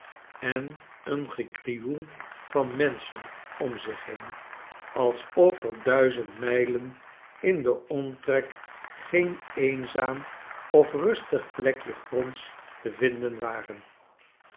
en een gekrioel van menschen om zich heen alsof er duizend mijlen in den omtrek geen eenzaam of rustig plekje grohds te vinden waren